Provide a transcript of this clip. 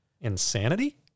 Insanity